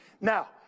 Now